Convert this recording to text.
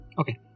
Okay